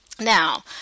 Now